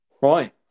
Right